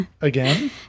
Again